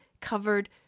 covered